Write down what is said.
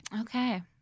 okay